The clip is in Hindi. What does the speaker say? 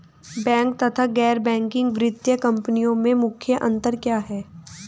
बैंक तथा गैर बैंकिंग वित्तीय कंपनियों में मुख्य अंतर क्या है?